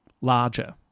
larger